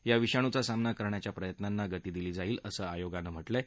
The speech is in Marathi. या विषाणूचा सामना करण्याच्या प्रयत्नांना गती दिली जाईल असं आयोगानं म्हटलं आहे